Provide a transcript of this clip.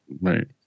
Right